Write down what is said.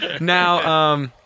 Now